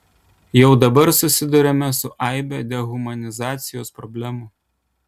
jau dabar susiduriame su aibe dehumanizacijos problemų